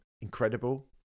incredible